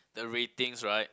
the ratings right